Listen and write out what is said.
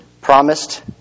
promised